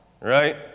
Right